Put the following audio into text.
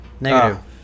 Negative